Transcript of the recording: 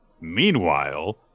meanwhile